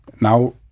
Now